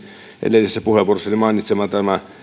edellisessä puheenvuorossani mainitsemani